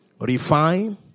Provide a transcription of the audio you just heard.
Refine